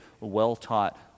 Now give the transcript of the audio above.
well-taught